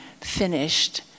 finished